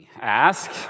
Ask